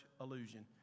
illusion